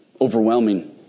overwhelming